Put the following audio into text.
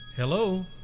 Hello